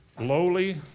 lowly